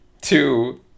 two